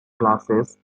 glasses